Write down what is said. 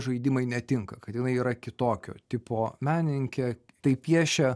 žaidimai netinka kad jinai yra kitokio tipo menininkė tai piešia